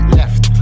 left